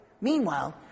Meanwhile